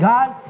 God